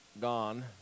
Gone